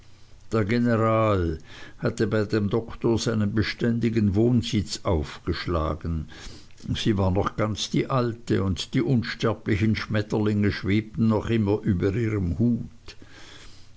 der general hatte bei dem doktor seinen beständigen wohnsitz aufgeschlagen sie war noch ganz die alte und die unsterblichen schmetterlinge schwebten immer noch über ihrem hut